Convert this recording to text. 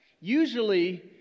Usually